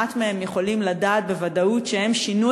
ואני חושבת שמעט מהם יכולים לדעת בוודאות שהם שינו